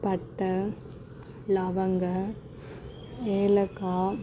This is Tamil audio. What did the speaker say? பட்டை லவங்கம் ஏலக்காய்